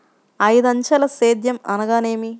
ఐదంచెల సేద్యం అనగా నేమి?